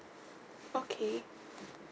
okay